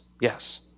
Yes